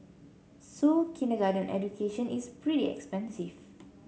so kindergarten education is pretty expensive